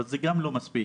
אבל זה לא מספיק.